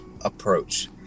approach